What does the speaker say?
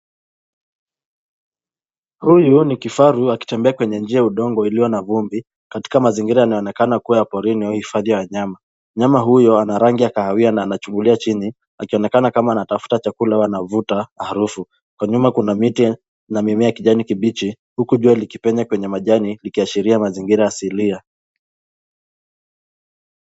Huyu ni kifaru akitembea kwenye njia ya udongo iliyo na vumbi katika mazingira yanayoonekana kuwa ya porini au hifadhi ya wanyama. Mnyama huo ana rangi ya kahawia na anachungulia chini akionekana kama anatafuta chakula au anavuta harufu. Kwa nyuma kuna miti na mimea ya kijani kibichi huku jua likipenya kwenye majani likiashiria mazingira asilia.